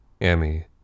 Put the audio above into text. Emmy